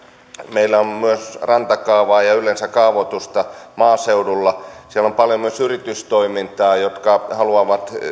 meillä on myös rantakaavaa ja yleensä kaavoitusta maaseudulla siellä on paljon myös yritystoimintaa ja nämä yrittäjät haluavat